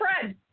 Fred